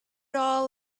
all